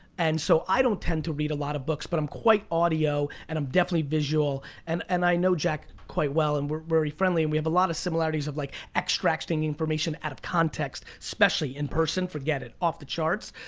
and so i don't tend to read a lot of books but i'm quite audio and i'm definitely visual. and and i know jack quite well and we're really friendly and we have a lot of similarities of like extracting information out of context especially in person, forget it. off the charts.